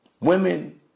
Women